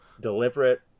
Deliberate